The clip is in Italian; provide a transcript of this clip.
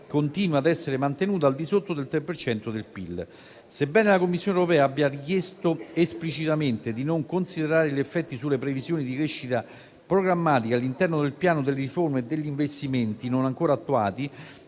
continua a essere mantenuto al di sotto del 3 per cento del PIL. Sebbene la Commissione europea abbia richiesto esplicitamente di non considerare gli effetti sulle previsioni di crescita programmatica all'interno del piano delle riforme e degli investimenti non ancora attuati,